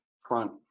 front